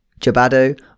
Jabado